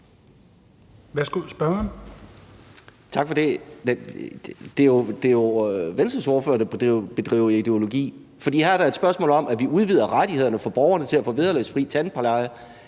Hvelplund (EL): Tak for det. Det er jo Venstres ordfører, der bedriver ideologi, for her er der et spørgsmål, der handler om, at vi udvider rettighederne for borgerne, så de kan få vederlagsfri tandpleje.